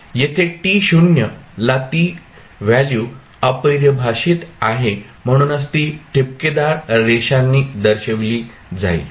येथे to ला ती व्हॅल्यू अपरिभाषित आहे म्हणूनच ती ठिपकेदार रेषांनी दर्शविली जाईल